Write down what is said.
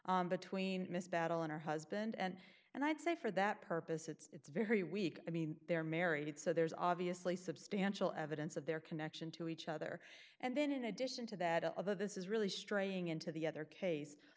between miss battle and her husband and and i'd say for that purpose it's very weak i mean they're married so there's obviously substantial evidence of their connection to each other and then in addition to that of of this is really straying into the other case